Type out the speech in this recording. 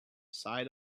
side